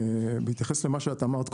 בהתייחס למה שאת אמרת,